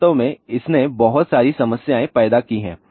वास्तव में इसने बहुत सारी समस्याएं पैदा की हैं